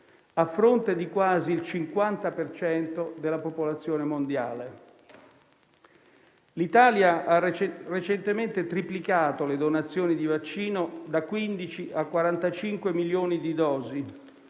a fronte di quasi il 50 per cento della popolazione mondiale. L'Italia ha recentemente triplicato le donazioni di vaccino, da 15 a 45 milioni di dosi,